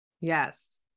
Yes